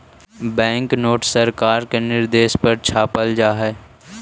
bank note सरकार के निर्देश पर छापल जा हई